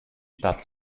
stadt